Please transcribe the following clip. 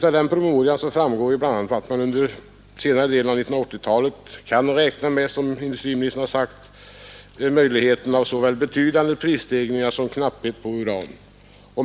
Av den promemorian framgår bl.a. att man under senare delen av 1980-talet, som inrikesministern har sagt, kan räkna med möjligheten av såväl betydande prisstegringar som knapphet på uran.